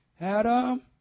Adam